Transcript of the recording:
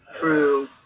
true